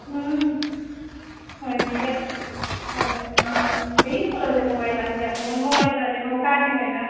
হুম সেই দিয়ে হুঁ হুঁ সেই ইস্কুলেও যে মোবাইল লাগছে এখন মোবাইল ছাড়া যে কোনও কাজই হয় না